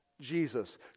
Jesus